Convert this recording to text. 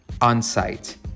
on-site